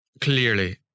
clearly